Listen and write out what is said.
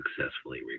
successfully